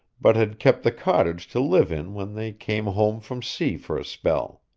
but had kept the cottage to live in when they came home from sea for a spell.